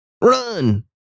Run